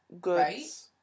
Goods